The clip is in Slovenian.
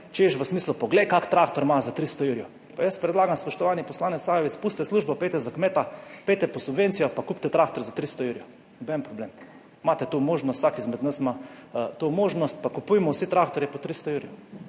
češ v smislu poglej kako traktor ima za 300 jurjev. Pa jaz predlagam, spoštovani poslanec Sajovic, pustite službo, pojdite za kmeta, pojdite po subvencijah pa kupite traktor za 300 jurja, noben problem. Imate to možnost, vsak izmed nas ima to možnost, pa kupujmo vse traktorje po 300 jurjev,